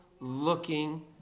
looking